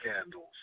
candles